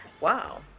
Wow